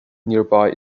nearby